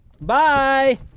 Bye